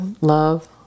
love